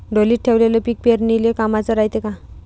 ढोलीत ठेवलेलं पीक पेरनीले कामाचं रायते का?